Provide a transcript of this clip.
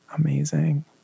amazing